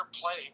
play